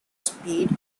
speed